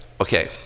Okay